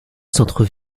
centre